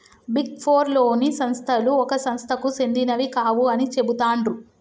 big four లోని సంస్థలు ఒక సంస్థకు సెందినవి కావు అని చెబుతాండ్రు